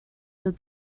that